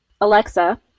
alexa